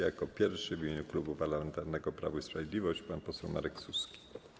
Jako pierwszy w imieniu Klubu Parlamentarnego Prawo i Sprawiedliwość pan poseł Marek Suski.